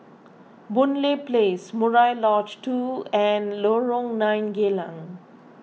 Boon Lay Place Murai Lodge two and Lorong nine Geylang